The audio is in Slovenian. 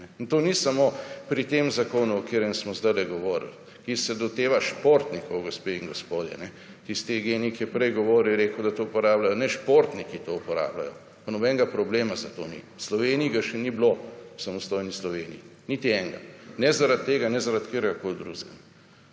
to ni samo pri tem zakonu, o katerih smo sedaj govorili, ki se loteva športnikov, gospe in gospodje. Tisti genij, ki je prej govoril je rekel, da to uporabljajo ne športniki to uporabljajo pa nobenega problema, zato ni. V Sloveniji ga še ni bilo, v samostojni Sloveniji niti enega. Ne, zaradi tega in ne zaradi kateregakoli drugega